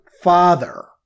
Father